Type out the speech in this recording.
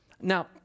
Now